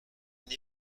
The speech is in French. une